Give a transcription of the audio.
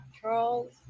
Charles